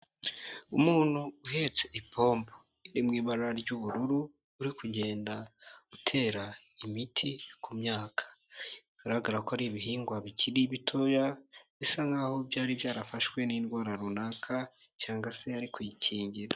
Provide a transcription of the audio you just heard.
Umuntu uhetse ipombo iri mu ibara ry'ubururu uri kugenda utera imiti ku myaka, bigaragara ko ari ibihingwa bikiri bitoya bisa nk'aho byari byarafashwe n'indwara runaka cyangwa se ari kuyikingira.